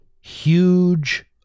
huge